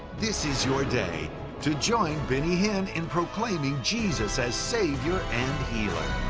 this is your day to join benny hinn in proclaiming jesus as savior and healer.